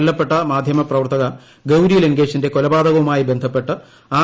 കൊല്ലപ്പെട്ട മുദ്ധ്യൂമ്പ്രവർത്തക ഗൌരി ലങ്കേഷിന്റെ കൊലപാതകവുമായി ബിണ്ഡ്പ്പെട്ട് ആർ